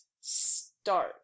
start